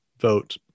vote